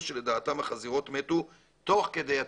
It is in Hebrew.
שלדעתם החזירות מתו תוך כדי התרגולים'.